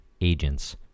agents